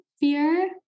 fear